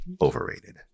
Overrated